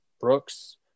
Brooks